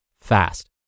fast